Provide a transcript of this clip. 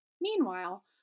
Meanwhile